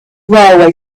railway